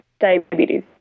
diabetes